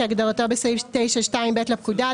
כהגדרתו בסעיף 9(2)(ב) לפקודה,